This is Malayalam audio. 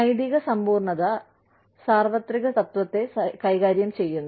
നൈതിക സമ്പൂർണ്ണത സാർവത്രിക തത്ത്വത്തെ കൈകാര്യം ചെയ്യുന്നു